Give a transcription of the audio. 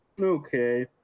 Okay